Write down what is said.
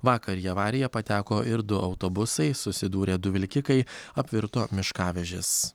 vakar į avariją pateko ir du autobusai susidūrė du vilkikai apvirto miškavežis